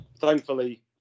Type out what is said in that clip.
thankfully